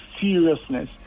seriousness